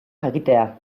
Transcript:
jakitea